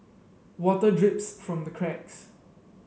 water drips from the cracks